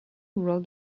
wrote